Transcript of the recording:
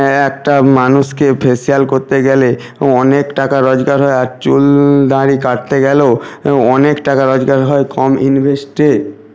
একটা মানুষকে ফেসিয়াল করতে গেলে অনেক টাকা রোজগার হয় আর চুল দাড়ি কাটতে গেলেও অনেক টাকা রোজগার হয় কম ইনভেস্টে